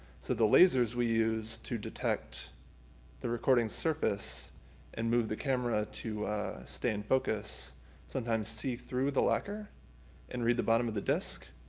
so the lasers we use to detect the recording's surface and move the camera to stay in focus sometimes see through the lacquer and read the bottom of the discs,